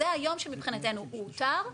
זה היום שמבחינתי הוא אותר,